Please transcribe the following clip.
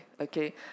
okay